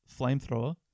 flamethrower